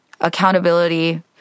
accountability